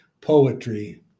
Poetry